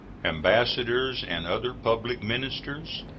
ambassadors and other public ministers,